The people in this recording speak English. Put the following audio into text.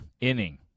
Inning